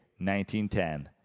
1910